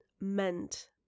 meant